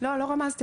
לא, לא רמזתי.